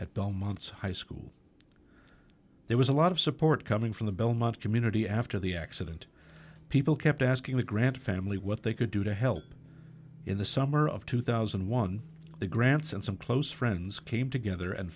belmont high school there was a lot of support coming from the belmont community after the accident people kept asking the grant family what they could do to help in the summer of two thousand and one the grants and some close friends came together and